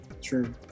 True